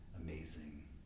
amazing